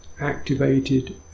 activated